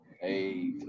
Hey